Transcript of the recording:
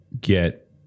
get